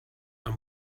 and